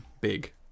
big